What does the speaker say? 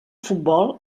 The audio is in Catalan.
futbol